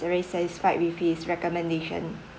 very satisfied with his recommendation